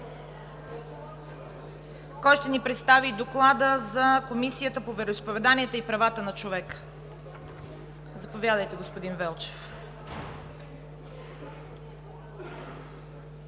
Кой ще ни представи Доклада на Комисията по вероизповеданията и правата на човека? Заповядайте, господин Велчев.